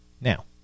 Now